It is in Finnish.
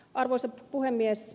arvoisa puhemies